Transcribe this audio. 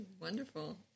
wonderful